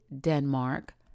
Denmark